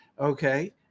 Okay